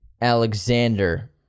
Alexander